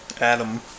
Adam